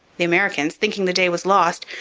the americans, thinking the day was lost,